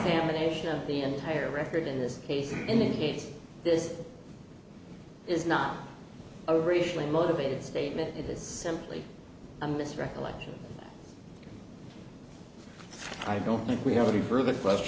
of the entire record in this case in any case this is not a racially motivated statement is simply a mis recollection i don't think we have any further quest